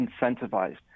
incentivized